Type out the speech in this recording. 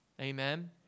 Amen